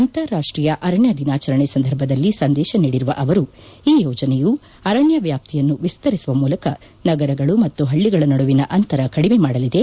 ಅಂತಾರಾಷ್ಟೀಯ ಅರಣ್ಯ ದಿನಾಚರಣೆ ಸಂದರ್ಭದಲ್ಲಿ ಸಂದೇಶ ನೀದಿರುವ ಅವರು ಈ ಯೋಜನೆಯು ಅರಣ್ಯ ವ್ಯಾಪ್ತಿಯನ್ನು ವಿಸ್ತರಿಸುವ ಮೂಲಕ ನಗರಗಳು ಮತ್ತು ಹಳ್ಳಿಗಳ ನಡುವಿನ ಅಂತರವನ್ನು ಕಡಿಮೆ ಮಾಡಲಿದೆ